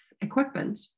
equipment